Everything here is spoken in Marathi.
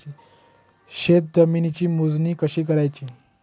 शेत जमिनीची मोजणी कशी करायची?